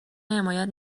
حمایت